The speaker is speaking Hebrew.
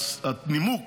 והנימוק